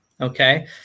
okay